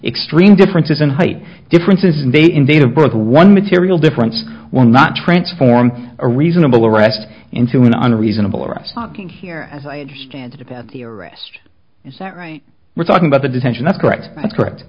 extreme differences in height differences and they invaded both the one material difference one not transformed a reasonable arrest into an unreasonable or less talking here as i understand it about the arrest is that right we're talking about the detention that's correct that's correct